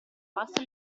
pasta